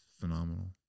phenomenal